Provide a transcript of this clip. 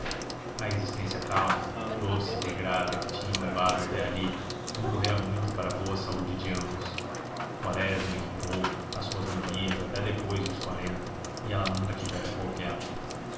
a existência calma doce e regrada que tinham levado até ali concorrera muito para a boa saúde de ambos quaresma incubou as suas manias até depois dos quarenta e ela nunca tivera qualquer